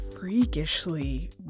freakishly